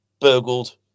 burgled